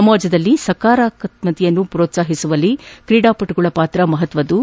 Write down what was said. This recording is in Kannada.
ಸಮಾಜದಲ್ಲಿ ಸಕಾರಾತ್ಸಕತೆಯನ್ನು ಪೋತ್ಸಾಹಿಸುವಲ್ಲಿ ಕ್ರೀಡಾಪಟುಗಳ ಪಾತ್ರ ಮಹತ್ವದ್ದು